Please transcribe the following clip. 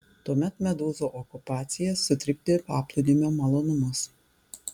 tuomet medūzų okupacija sutrikdė paplūdimio malonumus